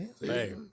Hey